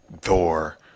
Thor